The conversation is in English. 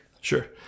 Sure